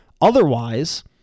otherwise